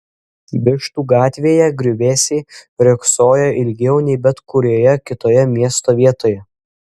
vištų gatvėje griuvėsiai riogsojo ilgiau nei bet kurioje kitoje miesto vietoje